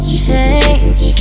change